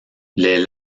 les